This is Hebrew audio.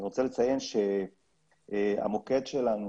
אני רוצה לציין שהמוקד שלנו,